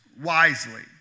wisely